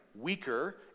weaker